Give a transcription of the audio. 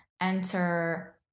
enter